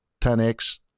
10x